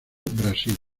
brasil